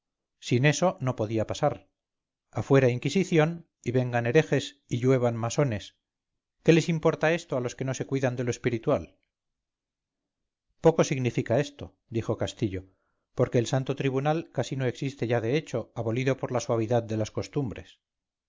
sin eso no podía pasar afuera inquisición y vengan herejes y lluevanmasones qué les importa esto a los que no se cuidan de lo espiritual poco significa esto dijo castillo porque el santo tribunal casi no existe ya de hecho abolido por la suavidad de las costumbres